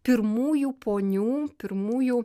pirmųjų ponių pirmųjų